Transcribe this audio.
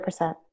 100%